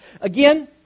Again